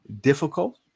difficult